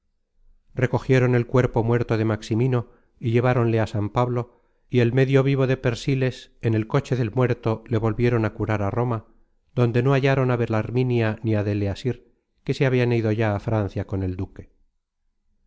recogieron el cuerpo muerto de maximino y lleváronle á san pablo y el medio vivo de persíles en el coche del muerto le volvieron a curar á roma donde no hallaron á belarminia ni á deleasir que se habian ido ya á francia con el duque